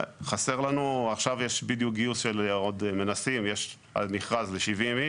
עכשיו יש מכרז ל-70 איש,